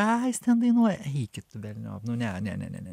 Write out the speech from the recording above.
ką jis ten dainuoja eikit velniop nu ne ne ne